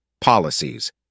policies